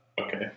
okay